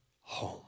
home